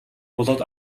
болоод